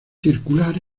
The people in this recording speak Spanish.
circular